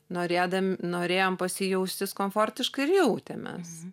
norėdam norėjom pas jį jaustis komfortiškai ir jautėmės